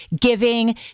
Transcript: giving